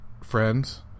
friends